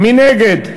מי נגד?